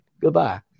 Goodbye